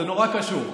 זה נורא קשור.